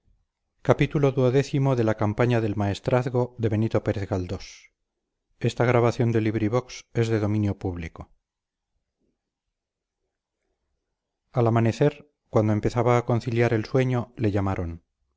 al amanecer cuando empezaba a conciliar el sueño le llamaron